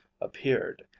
appeared